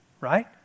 right